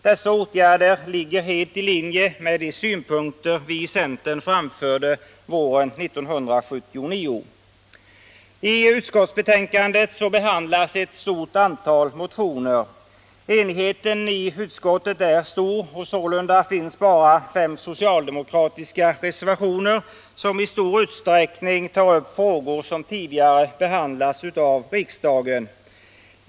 Dessa åtgärder ligger helt i linje med de synpunkter vi i centern framförde på våren 1979. I utskottsbetänkandet behandlas ett stort antal motioner. Enigheten i utskottet är stor. Sålunda finns det bara fem socialdemokratiska reservationer, som i stor utsträckning tar upp frågor som tidigare behandlats av riksdagen.